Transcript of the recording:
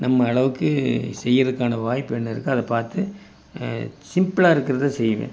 நம்ம அளவுக்கு செய்கிறக்கான வாய்ப்பு என்ன இருக்கோ அதை பார்த்து சிம்ப்ளாக இருக்கிறத செய்வேன்